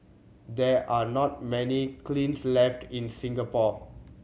there are not many kilns left in Singapore